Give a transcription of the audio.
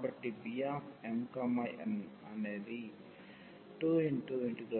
కాబట్టి Bmn అనేది 202sin2n